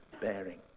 bearing